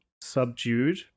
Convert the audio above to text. subdued